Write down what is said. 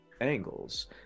angles